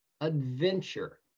adventure